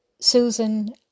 Susan